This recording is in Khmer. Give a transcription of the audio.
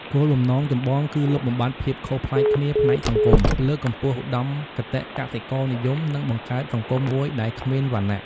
គោលបំណងចម្បងគឺលុបបំបាត់ភាពខុសប្លែកគ្នាផ្នែកសង្គម លើកកម្ពស់ឧត្តមគតិកសិករនិយម និងបង្កើតសង្គមមួយដែលគ្មានវណ្ណៈ។